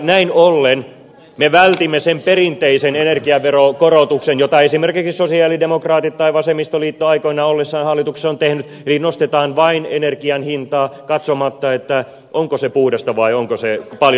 näin ollen me vältimme sen perinteisen energiaveron korotuksen jota esimerkiksi sosialidemokraatit tai vasemmistoliitto aikoinaan ollessaan hallituksessa ovat tehneet eli nostetaan vain energian hintaa katsomatta onko se puhdasta vai paljon saastuttavaa